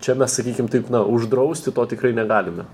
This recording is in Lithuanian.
čia mes sakykim taip na uždrausti to tikrai negalime